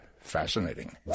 fascinating